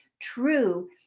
true